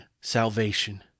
salvation